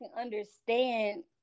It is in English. understand